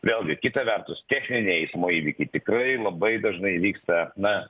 vėlgi kita vertus techniniai eismo įvykiai tikrai labai dažnai įvyksta na